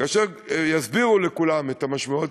כאשר יסבירו לכולם את המשמעות,